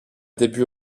début